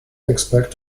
expect